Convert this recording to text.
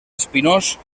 espinós